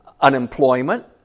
unemployment